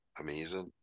amazing